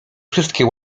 wszystkie